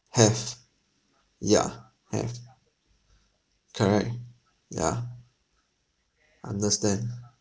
have yeah have correct yeah understand ah